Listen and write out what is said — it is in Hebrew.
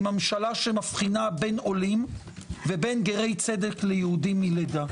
שמבחינה בין עולים ובין גרי צדק ליהודים מלידה.